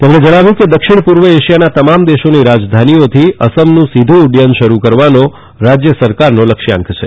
તેમણે જણાવ્યું કે દક્ષિણ પૂર્વ એશિયાના તમામ દેશોની રાજધાનીઓથી અસમનું સીધું ઉદ્દયન શરૂ કરવાનો રાજ્ય સરકારનુંં લક્ષ્ય છે